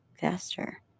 faster